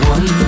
One